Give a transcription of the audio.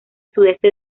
sudeste